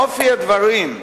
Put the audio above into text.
מאופי הדברים,